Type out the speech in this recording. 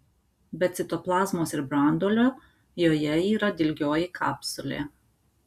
be citoplazmos ir branduolio joje yra dilgioji kapsulė